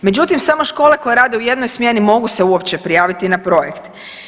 Međutim, samo škole koje rade u jednoj smjeni mogu se uopće prijaviti na projekt.